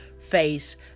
face